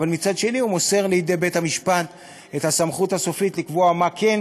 אבל מצד שני הוא מוסר לידי בית-המשפט את הסמכות הסופית לקבוע מה כן